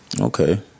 Okay